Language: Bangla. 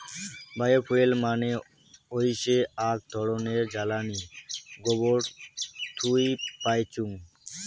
বায়ো ফুয়েল মানে হৈসে আক ধরণের জ্বালানী গোবরের থুই পাইচুঙ